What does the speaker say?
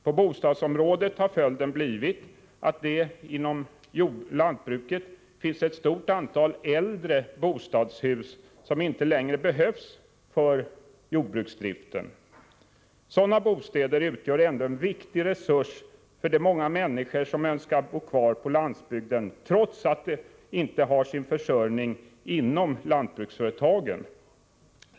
På bostadsområdet har följden blivit att det inom lantbruket finns ett stort antal äldre bostadshus som inte längre behövs för jordbruksdriften. Sådana bostäder utgör ändå en viktig resurs för de många människor som önskar bo kvar på landsbygden trots att de inte har sin försörjning inom lantbruksföretagen.